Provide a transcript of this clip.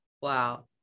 Wow